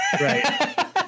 right